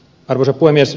arvoisa puhemies